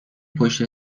پشت